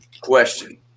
question